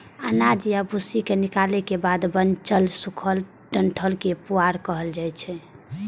अनाज आ भूसी निकालै के बाद बांचल सूखल डंठल कें पुआर कहल जाइ छै